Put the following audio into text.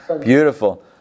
beautiful